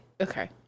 okay